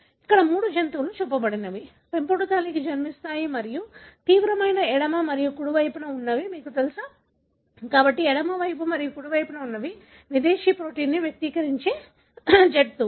ఇక్కడ మూడు జంతువులు చూపబడినది పెంపుడు తల్లికి జన్మించాయి మరియు తీవ్రమైన ఎడమ మరియు కుడి వైపున ఉన్నవి మీకు తెలుసా కాబట్టి ఎడమ మరియు కుడి వైపున ఉన్నవి విదేశీ ప్రోటీన్ను వ్యక్తీకరించే జంతువులు